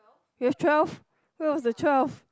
we have twelve where was the twelfth